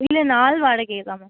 இல்லை நாள் வாடகையே தான் மேம்